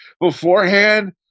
beforehand